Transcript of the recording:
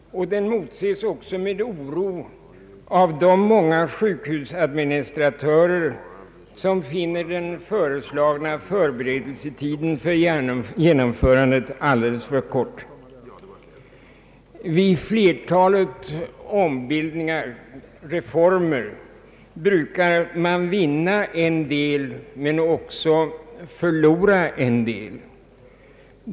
Den motses även med oro av de många sjukhusadministratörer som finner den föreslagna förberedelsetiden för genomförandet alldeles för kort. Vid flertalet reformer brukar man vinna en del men också förlora en del.